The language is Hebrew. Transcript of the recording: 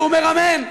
והוא אומר: אמן.